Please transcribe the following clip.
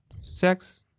sex